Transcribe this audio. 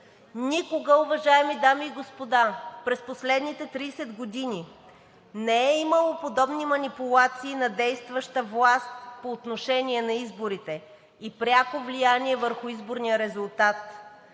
Никога, уважаеми дами и господа, през последните 30 години не е имало подобни манипулации на действаща власт по отношение на изборите и пряко влияние върху изборния резултат.